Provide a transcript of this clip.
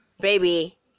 baby